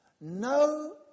No